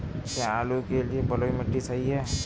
क्या आलू के लिए बलुई मिट्टी सही है?